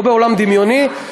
לא בעולם דמיוני,